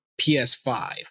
PS5